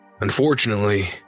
Unfortunately